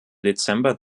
dezember